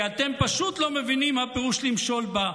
כי אתם פשוט לא מבינים מה פירוש למשול בה.